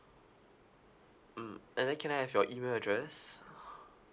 mm and then can I have your email address